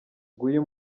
nguyu